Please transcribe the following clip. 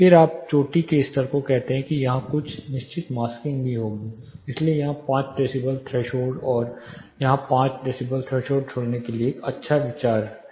फिर जब आप चोटी के स्तर को कहते हैं तो यहां कुछ निश्चित मास्किंग भी होगी इसलिए यहां 5 डेसिबल थ्रेशोल्ड और यहां 5 डेसीबल थ्रेसहोल्ड छोड़ने के लिए एक अच्छा विचार या एक अच्छा अभ्यास है